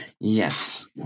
Yes